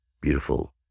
beautiful